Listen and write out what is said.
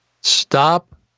Stop